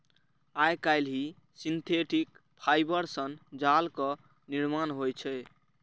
आइकाल्हि synthetic fibre सं जालक निर्माण होइ छै